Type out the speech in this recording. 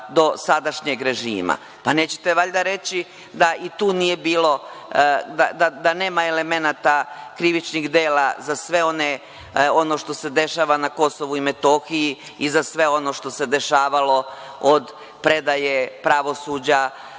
Nećete valjda reći da nema elemenata krivičnih dela za sve ono što se dešava na Kosovu i Metohiji i za sve ono što se dešavalo od predaje pravosuđa